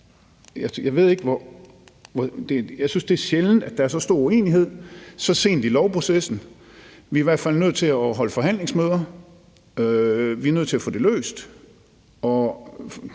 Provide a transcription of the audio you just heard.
vigtigt, for jeg synes, det er sjældent, at der er så stor uenighed så sent i lovprocessen. Vi er i hvert fald nødt til at holde forhandlingsmøder, vi er nødt til at få det løst,